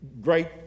great